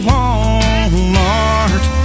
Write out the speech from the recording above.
Walmart